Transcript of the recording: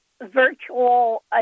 virtual